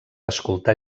escoltar